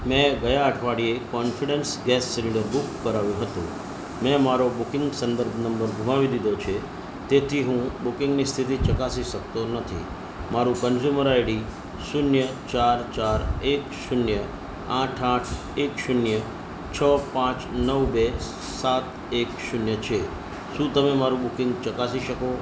મેં ગયા અઠવાડીયે કોન્ફિડન્સ ગેસ સિલિન્ડર બુક કરાવ્યું હતું મેં મારો બુકિંગ સંદર્ભ નંબર ગુમાવી દીધો છે તેથી હું બુકિંગની સ્થિતિ ચકાસી શકતો નથી મારું કન્ઝ્યુમર આઈડી શૂન્ય ચાર ચાર એક શૂન્ય આઠ આઠ એક શૂન્ય છ પાંચ નવ બે સાત એક શૂન્ય છે શું તમે મારું બુકિંગ ચકાસી શકો